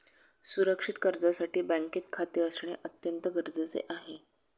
सुरक्षित कर्जासाठी बँकेत खाते असणे अत्यंत गरजेचे आहे